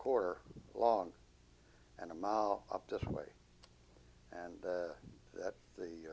quarter long and a mile up this way and that the